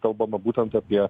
kalbama būtent apie